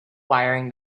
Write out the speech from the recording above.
wiring